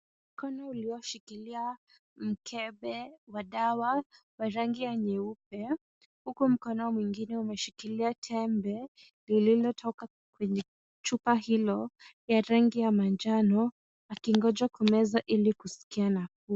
Mkono ulioshikilia mkebe wa dawa wa rangi ya nyeupe, huku mkono mwingine umeshikilia tembe lililo toka kwenye chupa hilo, ya rangi ya manjano akingoja kumeza ili kusikia nafuu.